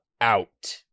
out